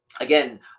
again